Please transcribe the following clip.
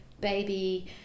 baby